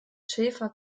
schaefer